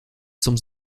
zum